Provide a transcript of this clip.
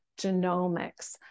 genomics